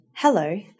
Hello